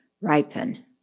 ripen